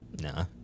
Nah